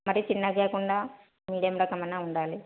మరి చిన్నగా కాకుండా మీడియం రకం అన్నా ఉండాలి